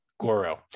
Goro